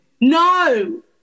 No